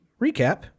recap